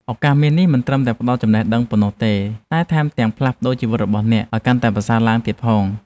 ឱកាសមាសនេះមិនត្រឹមតែផ្តល់ចំណេះដឹងប៉ុណ្ណោះទេតែថែមទាំងផ្លាស់ប្តូរជីវិតរបស់អ្នកឱ្យកាន់តែប្រសើរឡើងទៀតផង។